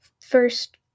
first